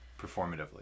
performatively